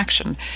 action